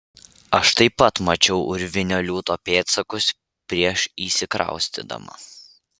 aš taip pat mačiau urvinio liūto pėdsakus prieš įsikraustydama